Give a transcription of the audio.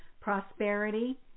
Prosperity